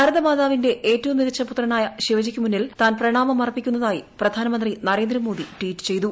ഭാരതമാതാവിന്റെ ഏറ്റവും മികച്ച പുത്രനായ ശിവജിക്കു മുന്നിൽ താൻ പ്രണാമം അർപ്പിക്കുന്നതായി പ്രധാനമന്ത്രി നരേന്ദ്രമോദി ട്വീറ്റ് ചെയ്തു